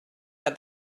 that